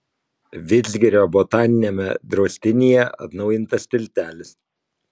vidzgirio botaniniame draustinyje atnaujintas tiltelis